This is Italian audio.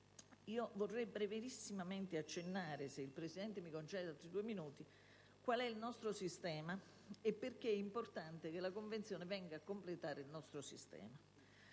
Vorrei brevissimamente accennare, se il Presidente mi concede altri due minuti, qual è il nostro sistema e perché è importante che la Convenzione venga a completarlo. La